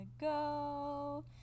go